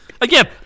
Again